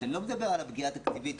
אני לא מדבר על הפגיעה התקציבית.